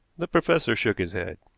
the professor shook his head.